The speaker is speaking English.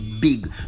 big